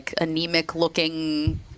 anemic-looking